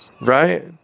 Right